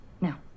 now